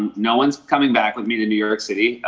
no one's coming back with me to new york city.